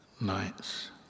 nights